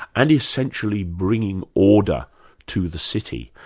and essentially bringing order to the city.